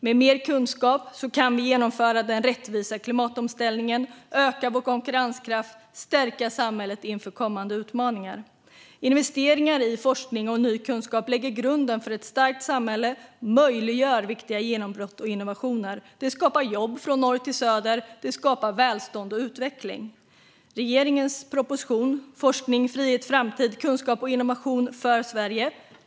Med mer kunskap kan vi genomföra den rättvisa klimatomställningen, öka vår konkurrenskraft och stärka samhället inför kommande utmaningar. Investeringar i forskning och ny kunskap lägger grunden för ett starkt samhälle och möjliggör viktiga genombrott och innovationer. Det skapar jobb från norr till söder, och det skapar välstånd och utveckling. Riksdagen debatterar nu och ska besluta om regeringens proposition Forskning, frihet, framtid - kunskap och innovation för Sverige .